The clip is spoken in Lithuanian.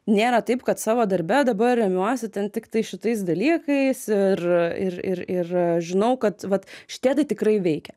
nėra taip kad savo darbe dabar remiuosi ten tiktai šitais dalykais ir ir ir ir žinau kad vat šitie tai tikrai veikia